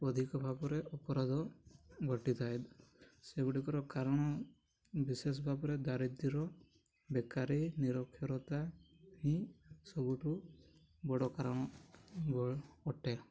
ଅଧିକ ଭାବରେ ଅପରାଧ ଘଟିଥାଏ ସେଗୁଡ଼ିକର କାରଣ ବିଶେଷ ଭାବରେ ଦାରିଦ୍ର୍ୟ ବେକାରୀ ନିରକ୍ଷରତା ହିଁ ସବୁଠୁ ବଡ଼ କାରଣ ଅଟେ